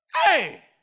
Hey